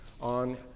on